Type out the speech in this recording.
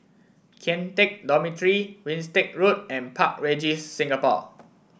Kian Teck Dormitory Winstedt Road and Park Regis Singapore